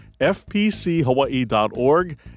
fpchawaii.org